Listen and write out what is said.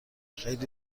خیلی